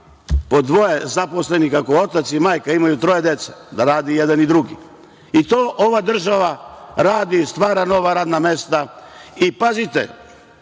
po dvoje zaposlenih. Ako otac i majka imaju troje dece, da rade i jedan i drugi. To ova država radi, stvara nova radna mesta. Pazite,